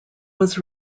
was